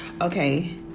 okay